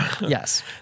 Yes